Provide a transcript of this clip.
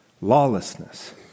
lawlessness